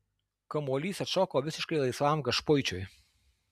kamuolys atšoko visiškai laisvam gašpuičiui